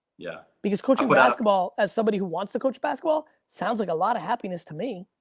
yeah. because coaching basketball, as somebody who wants to coach basketball, sounds like a lot of happiness to me.